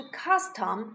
custom